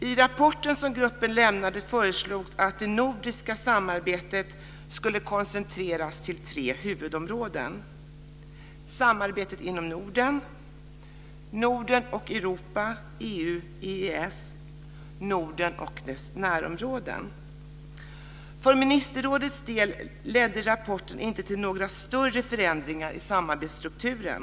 I den rapport som gruppen lämnade föreslogs att det nordiska samarbetet skulle koncentreras till tre huvudområden. De var samarbetet inom Norden, För ministerrådets del ledde inte rapporten till några större förändringar i samarbetsstrukturen.